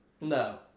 No